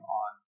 on